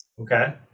Okay